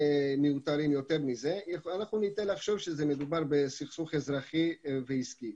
אנחנו נוטים לחשוב שמדובר בסכסוך אזרחי ועסקי.